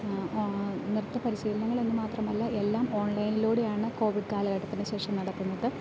നൃത്ത പരിശീലനങ്ങൾ എന്ന് മാത്രമല്ല എല്ലാം ഓൺലൈനിലൂടെയാണ് കോവിഡ് കാലഘട്ടത്തിന് ശേഷം നടക്കുന്നത്